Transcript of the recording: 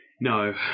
No